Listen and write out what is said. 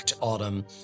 autumn